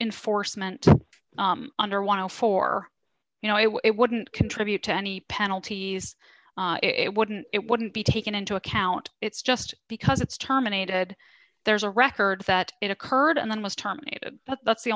inforce meant under one for you know it wouldn't contribute to any penalties it wouldn't it wouldn't be taken into account it's just because it's terminated there's a record that it occurred and then was terminated but that's the